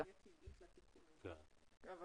זה